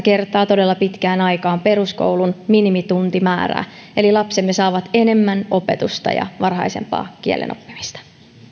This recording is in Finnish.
kertaa todella pitkään aikaan peruskoulun minimituntimäärää eli lapsemme saavat enemmän opetusta ja varhaisempaa kielen oppimista